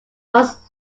most